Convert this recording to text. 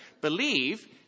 believe